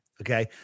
Okay